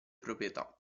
proprietà